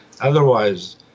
Otherwise